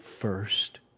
first